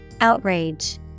Outrage